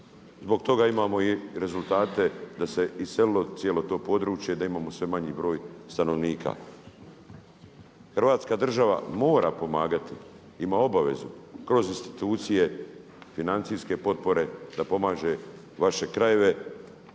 Zbog toga imamo i rezultate da se iselilo cijelo to područje, da imamo sve manji broj stanovnika. Hrvatska država mora pomagati, ima obavezu kroz institucije, financijske potpore da pomaže vaše krajeve